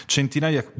Centinaia